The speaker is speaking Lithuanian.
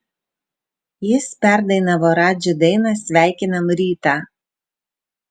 jis perdainavo radži dainą sveikinam rytą